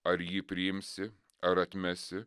ar jį priimsi ar atmesi